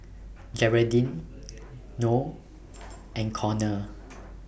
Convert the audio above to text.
Geraldine Noe and Conor